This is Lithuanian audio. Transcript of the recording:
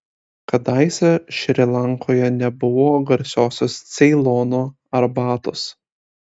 kadaise šri lankoje nebuvo garsiosios ceilono arbatos